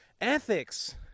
Ethics